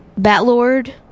Batlord